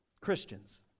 Christians